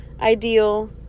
ideal